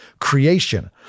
creation